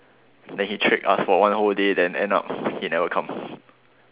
then he trick us for one whole day then end up he never come